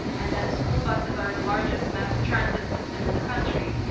and that school buses are the largest mass transit system in the country,